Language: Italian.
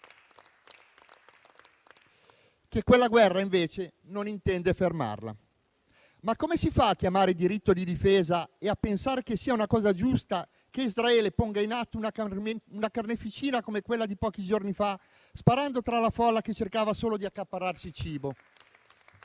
che quella guerra, invece, non intende fermarla. Ma come si fa a chiamare diritto di difesa e a pensare che sia una cosa giusta che Israele ponga in atto una carneficina come quella di pochi giorni fa, sparando tra la folla che cercava solo di accaparrarsi il cibo?